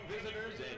visitors